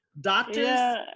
Doctors